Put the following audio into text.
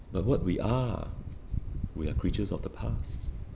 but what we are we are creatures of the past